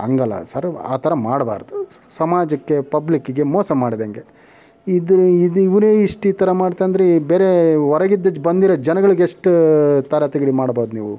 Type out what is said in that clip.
ಹಂಗಲ್ಲ ಸರ್ ಆ ಥರ ಮಾಡಬಾರದು ಸಮಾಜಕ್ಕೆ ಪಬ್ಲಿಕ್ಕಿಗೆ ಮೋಸ ಮಾಡ್ದಂಗೆ ಇದು ಇದು ಇವರೇ ಇಷ್ಟು ಈ ಥರ ಮಾಡ್ತಾ ಅಂದರೆ ಬೇರೆ ಹೊರಗಿದ್ದಿದ್ ಬಂದಿರೋ ಜನಗಳಿಗೆಷ್ಟು ತಾರತಿಗಡಿ ಮಾಡಬೌದ್ ನೀವು